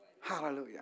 Hallelujah